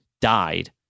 died